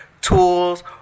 tools